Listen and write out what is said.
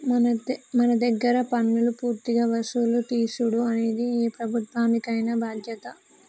మన దగ్గర పన్నులు పూర్తిగా వసులు తీసుడు అనేది ఏ ప్రభుత్వానికైన బాధ్యతే